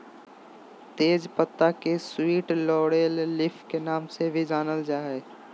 तेज पत्ता के स्वीट लॉरेल लीफ के नाम से भी जानल जा हइ